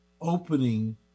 opening